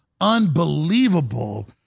unbelievable